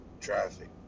Traffic